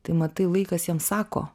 tai matai laikas jiems sako